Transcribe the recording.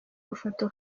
mafoto